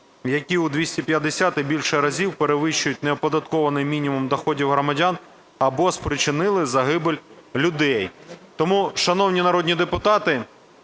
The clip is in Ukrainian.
які у 250 та більше разів перевищують неоподатковуваний мінімум доходів громадян або спричинили загибель людей. Тому, шановні народні депутати,